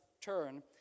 turn